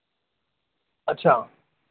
اچھا